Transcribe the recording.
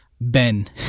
Ben